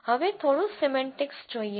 હવે થોડું સીમેન્ટીક્સ જોઈએ